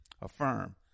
Affirm